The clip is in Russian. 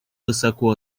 высоко